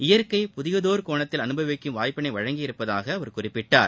இயற்கையை புதியதோர் கோணத்தில் அனுபவிக்கும் வாய்ப்பையும் வழங்கியுள்ளதாகஅவர் குறிப்பிட்டார்